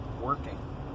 working